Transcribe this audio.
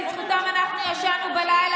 בזכותם אנחנו ישנו בלילה.